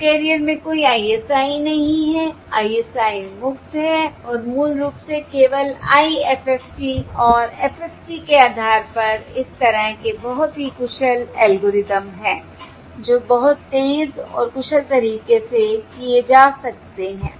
subcarrier में कोई ISI नहीं है ISI मुक्त है और मूल रूप से केवल IFFT और FFT के आधार पर इस तरह के बहुत ही कुशल एल्गोरिदम हैं जो बहुत तेज और कुशल तरीके से किए जा सकते हैं